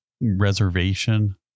reservation